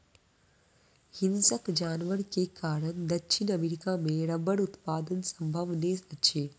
हिंसक जानवर के कारण दक्षिण अमेरिका मे रबड़ उत्पादन संभव नै अछि